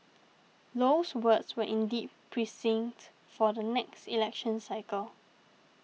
Low's words were indeed prescient for the next election cycle